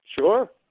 Sure